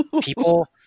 People